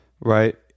Right